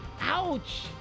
ouch